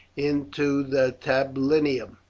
into the tablinum.